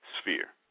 sphere